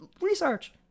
research